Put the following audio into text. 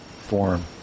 form